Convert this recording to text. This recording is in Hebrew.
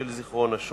של זיכרון השואה.